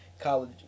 college